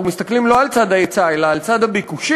מסתכלים לא על צד ההיצע אלא על צד הביקושים,